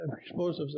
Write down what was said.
explosives